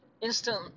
instant